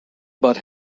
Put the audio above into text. but